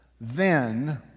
Then